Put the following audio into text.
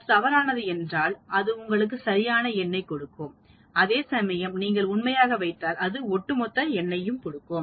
அது தவறானது என்றால் அது உங்களுக்கு சரியான எண்ணைக் கொடுக்கும் அதேசமயம் நீங்கள் உண்மையாக வைத்தால் அது ஒட்டுமொத்த எண்ணைக் கொடுக்கும்